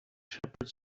shepherds